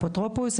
אפוטרופוס,